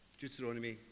Deuteronomy